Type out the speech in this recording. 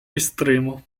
estremo